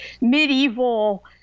medieval